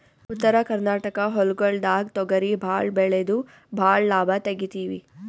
ಉತ್ತರ ಕರ್ನಾಟಕ ಹೊಲ್ಗೊಳ್ದಾಗ್ ತೊಗರಿ ಭಾಳ್ ಬೆಳೆದು ಭಾಳ್ ಲಾಭ ತೆಗಿತೀವಿ